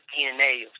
DNA